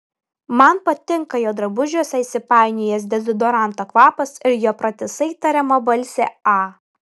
man patinka jo drabužiuose įsipainiojęs dezodoranto kvapas ir jo pratisai tariama balsė a